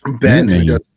Ben